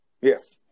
Yes